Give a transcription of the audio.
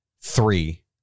three